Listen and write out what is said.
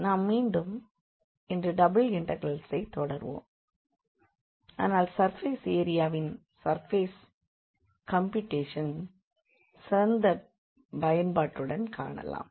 நாம் மீண்டும் இன்று டபுள் இண்டெக்ரல்ஸை தொடர்வோம் ஆனால் சர்ஃபேஸ் ஏரியாவின் சர்ஃபேஸ் கம்பியூட்டேஷனின் சிறந்த பயன்பாடுடன் காணலாம்